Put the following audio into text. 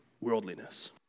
worldliness